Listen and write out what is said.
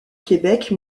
québec